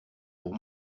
pour